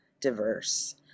diverse